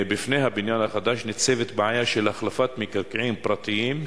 בפני הבניין החדש ניצבת בעיה של החלפת מקרקעין פרטיים,